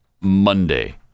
Monday